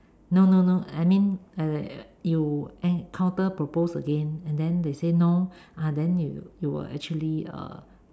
no no no I mean err you uh counter propose again and then they say no ah then you will actually uh